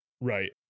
Right